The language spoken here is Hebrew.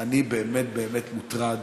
אני באמת באמת מוטרד